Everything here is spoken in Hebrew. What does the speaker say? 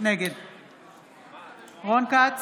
רון כץ,